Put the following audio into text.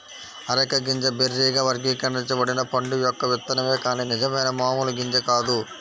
areca గింజ బెర్రీగా వర్గీకరించబడిన పండు యొక్క విత్తనమే కాని నిజమైన మామూలు గింజ కాదు